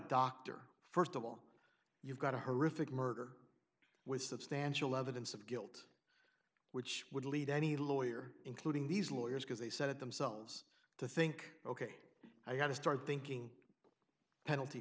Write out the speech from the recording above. doctor st of all you've got a horrific murder with substantial evidence of guilt which would lead any lawyer including these lawyers because they set themselves to think ok i've got to start thinking penalty